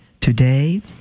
Today